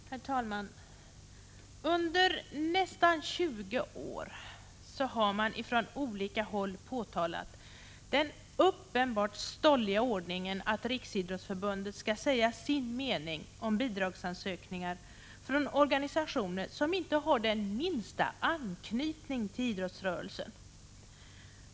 Herr talman! Under nästan 20 år har man från olika håll påtalat den uppenbart stolliga ordningen att Riksidrottsförbundet skall säga sin mening om bidragsansökningar från organisationer som inte har den minsta anknytning till idrottsrörelsen.